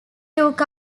took